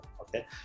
okay